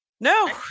No